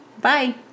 Bye